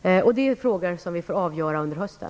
Det är frågor som vi får avgöra under hösten.